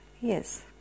Yes